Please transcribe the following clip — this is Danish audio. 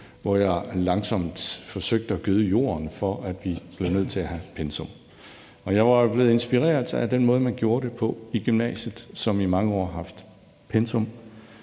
hvor jeg langsomt forsøgte at gøde jorden for, at vi blev nødt til at have pensum. Jeg var jo blevet inspireret af den måde, man gjorde det på i gymnasiet, som i mange år har haft pensum: